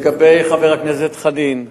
לגבי חבר הכנסת חנין,